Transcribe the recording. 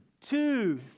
two